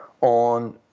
on